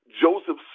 Joseph